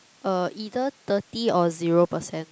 err either thirty or zero percent